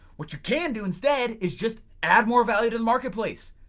what you can do instead is just add more value to the marketplace.